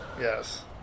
Yes